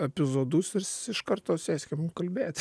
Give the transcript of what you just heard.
epizodus ir iš karto sėskim kalbėti